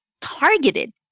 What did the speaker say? targeted